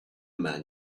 man